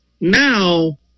Now